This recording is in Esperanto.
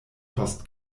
post